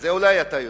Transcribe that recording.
את זה אולי אתה יודע.